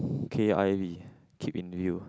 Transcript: okay I keep in view